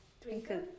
Twinkle